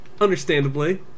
Understandably